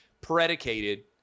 predicated